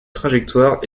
trajectoire